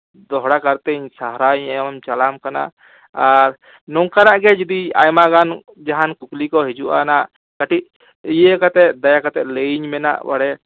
ᱫᱚᱦᱲᱟ ᱜᱚᱨᱛᱤᱧ ᱥᱟᱨᱦᱟᱣᱤᱧ ᱮᱢᱟᱢ ᱪᱟᱞᱟᱢ ᱠᱟᱱᱟ ᱟᱨ ᱱᱚᱝᱠᱟᱱᱟᱜ ᱜᱮ ᱡᱩᱫᱤ ᱟᱭᱢᱟ ᱜᱟᱱ ᱡᱟᱦᱟᱱ ᱠᱩᱠᱞᱤ ᱠᱚ ᱦᱤᱡᱩᱜᱼᱟ ᱱᱟᱦᱟᱜ ᱠᱟᱹᱴᱤᱡ ᱤᱭᱟᱹ ᱠᱟᱛᱮᱫ ᱫᱟᱭᱟ ᱠᱟᱛᱮᱫ ᱞᱟᱹᱭᱟᱹᱧ ᱢᱮ ᱱᱟᱜ